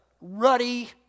ruddy